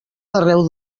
arreu